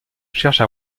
cherche